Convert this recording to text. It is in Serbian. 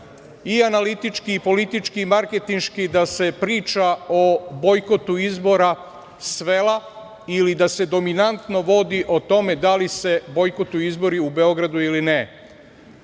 i analitički, politički, marketinški da se priča o bojkotu izbora svela ili da se dominantno vodi o tome da li se bojkotuju izbori u Beogradu ili ne.